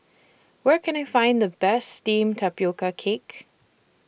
Where Can I Find The Best Steamed Tapioca Cake